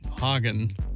Hagen